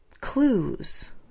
Clues